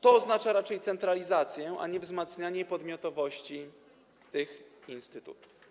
To oznacza raczej centralizację, a nie wzmacnianie podmiotowości tych instytutów.